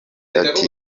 ati